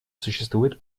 существует